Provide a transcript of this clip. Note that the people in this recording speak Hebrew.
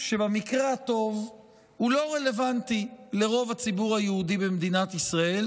שבמקרה הטוב הוא לא רלוונטי לרוב הציבור היהודי במדינת ישראל,